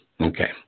Okay